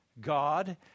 God